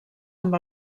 amb